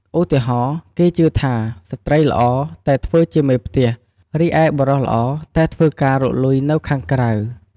ឧទាហរណ៍ គេជឿថាស្ត្រីល្អតែធ្វើជាមេផ្ទះ រីឯបុរសល្អតែធ្វើការរកលុយនៅខាងក្រៅ។